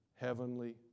Heavenly